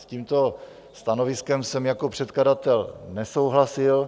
S tímto stanoviskem jsem jako předkladatel nesouhlasil.